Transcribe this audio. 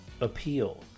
appeal